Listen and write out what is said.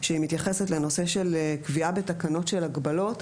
שהיא מתייחסת לנושא של קביעה בתקנות של הגבלות,